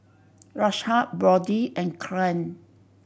Rashad Brodie and Kylan